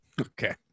Okay